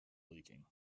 leaking